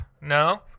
No